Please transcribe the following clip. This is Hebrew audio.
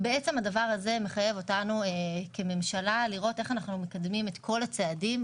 זה מחייב אותנו כממשלה לראות איך מקדמים את כל הצעדים,